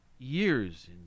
Years